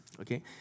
okay